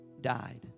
died